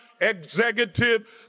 executive